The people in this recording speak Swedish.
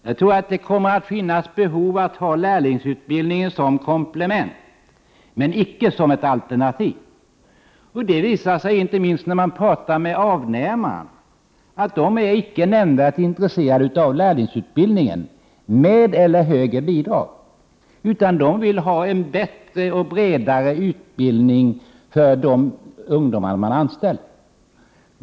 Jag tror att det kommer att finnas behov av att behålla lärlingsutbildningen som komplement men icke som ett alternativ. Det visar sig inte minst när man talar med avnämarna. De är icke nämnvärt intresserade av lärlingsutbildningen — med eller utan högre bidrag. Avnämarna vill i stället ha en bättre och bredare utbildning för de ungdomar man anställt.